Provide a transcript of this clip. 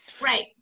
Right